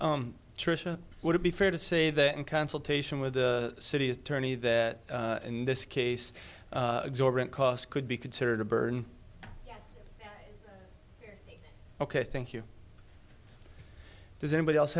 and tricia would it be fair to say that in consultation with the city attorney that in this case exorbitant costs could be considered a burden ok thank you does anybody else